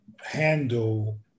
handle